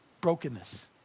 Brokenness